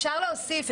אפשר להוסיף,